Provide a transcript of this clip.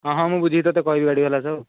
ହଁ ହଁ ମୁଁ ବୁଝିକି ତୋତେ କହିବି ଗାଡ଼ିବାଲା ସହ ଆଉ